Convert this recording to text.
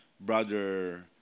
Brother